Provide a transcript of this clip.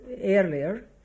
earlier